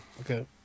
Okay